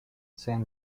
san